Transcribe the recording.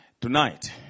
Tonight